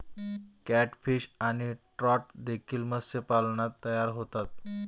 catfish आणि trout देखील मत्स्यपालनात तयार होतात